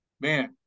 man